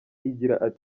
igira